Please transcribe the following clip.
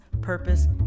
Purpose